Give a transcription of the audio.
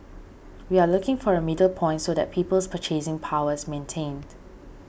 we are looking for a middle point so that people's purchasing power is maintained